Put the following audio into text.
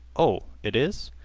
oh, it is?